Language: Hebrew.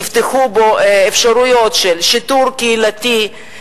נפתחו בו אפשרויות של שיטור קהילתי,